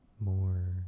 more